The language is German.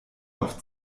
auf